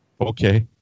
Okay